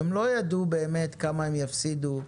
הם לא ידעו באמת כמה הם יפסידו,